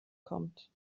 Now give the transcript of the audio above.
kommt